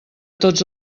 tots